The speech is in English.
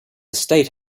state